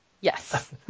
Yes